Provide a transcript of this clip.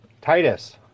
Titus